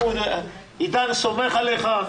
עידן סומך עליך.